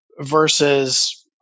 versus